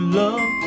love